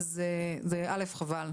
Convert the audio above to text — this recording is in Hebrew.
אז זה א' חבל,